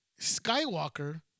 Skywalker